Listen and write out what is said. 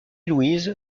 louise